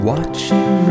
Watching